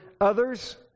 others